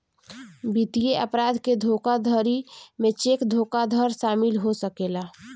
वित्तीय अपराध के धोखाधड़ी में चेक धोखाधड़ शामिल हो सकेला